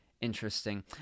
interesting